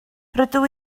rydw